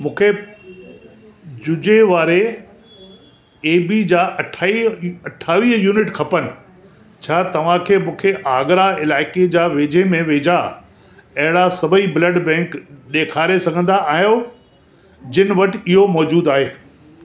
मूंखे जुजे वारे ए बी जा अठावीह अठावीह यूनिट खपनि छा तव्हां मूंखे आगरा इलाइक़े जा वेझे में वेझा अहिड़ा सभेई ब्लड बैंक ॾेखारे सघंदा आहियो जिन वटि इहो मौजूदु आहे